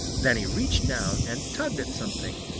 then he reached down and tugged at something,